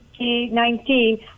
2019